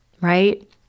right